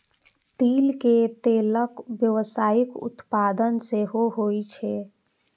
तिल के तेलक व्यावसायिक उत्पादन सेहो होइ छै